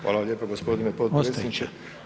Hvala lijepo gospodine potpredsjedniče.